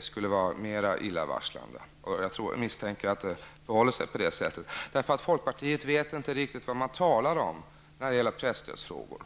skulle vara mera illavarslande. Men jag misstänker att det förhåller sig på det sättet. I folkpartiet vet man ju inte riktigt vad det är man talar om när det gäller presstödsfrågor.